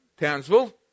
Townsville